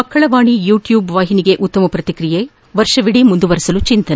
ಮಕ್ಕಳ ವಾಣಿ ಯುಟ್ಟೂಬ್ ವಾಹಿನಿಗೆ ಉತ್ತಮ ಪ್ರತಿಕ್ರಿಯೆ ವರ್ಷವಿಡೀ ಮುಂದುವರೆಸಲು ಚಿಂತನೆ